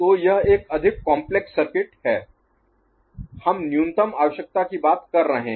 तो यह एक अधिक काम्प्लेक्स Complex जटिल सर्किट है हम न्यूनतम आवश्यकता की बात कर रहे हैं